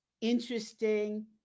interesting